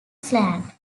slang